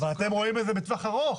אבל אתם רואים את זה בטווח ארוך.